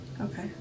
Okay